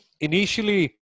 initially